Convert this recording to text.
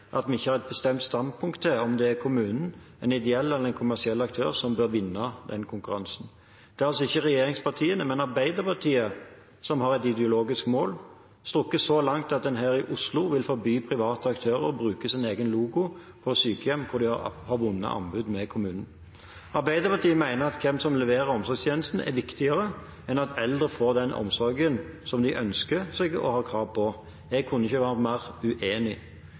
at vi ikke har et bestemt standpunkt til om det er kommunen, en ideell eller en kommersiell aktør som bør vinne den konkurransen. Det er altså ikke regjeringspartiene, men Arbeiderpartiet, som har et ideologisk mål – strukket så langt at en her i Oslo vil forby private aktører å bruke sin egen logo på sykehjem hvor de har vunnet anbud mot kommunen. Arbeiderpartiet mener at hvem som leverer omsorgstjenesten, er viktigere enn at eldre får den omsorgen som de ønsker seg og har krav på. Jeg kunne ikke vært mer uenig.